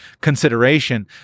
consideration